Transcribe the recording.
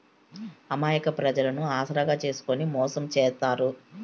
అమాయక ప్రజలను ఆసరాగా చేసుకుని మోసం చేత్తారు